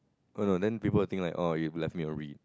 oh no then people will think like orh you have left me a read